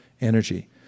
energy